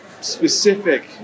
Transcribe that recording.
specific